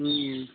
ও